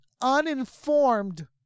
uninformed